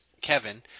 Kevin